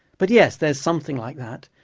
but yes, there's something like that,